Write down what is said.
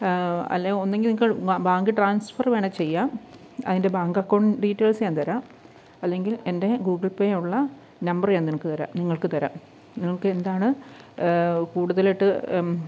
അല്ലെ ഒന്നുങ്കിൽ നിങ്ങൾക്ക് ബാ ബാങ്ക് ട്രാൻസ്ഫറ് വേണേൽ ചെയ്യാം അതിൻ്റെ ബാങ്ക് അക്കൗണ്ട് ഡീറ്റെയിൽസ് ഞാൻ തരാം അല്ലെങ്കിൽ എൻ്റെ ഗൂഗിൾ പേ ഉള്ള നമ്പറ് ഞാൻ നിനക്ക് തരാം നിങ്ങൾക്ക് തരാം നിങ്ങൾക്കെന്താണ് കൂടുതാലായിട്ട്